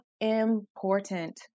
important